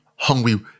Hungry